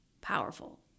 Powerful